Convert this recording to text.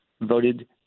voted